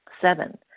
Seven